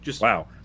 Wow